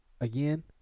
again